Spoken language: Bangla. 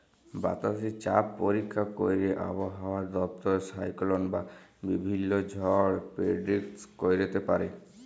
বাতাসে চাপ পরীক্ষা ক্যইরে আবহাওয়া দপ্তর সাইক্লল বা বিভিল্ল্য ঝড় পের্ডিক্ট ক্যইরতে পারে